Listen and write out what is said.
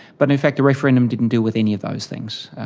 but in fact the referendum didn't deal with any of those things.